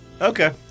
Okay